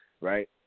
right